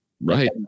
Right